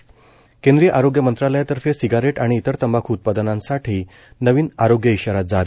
त केंद्रीय आरोग्य मंत्रालयातर्फे सिगारेट आणि इतर तंबाखू उत्पादनांसाठी नवीन आरोग्य इशारा जारी